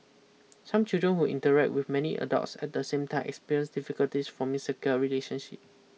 some children who interact with many adults at the same time experience difficulties forming secure relationship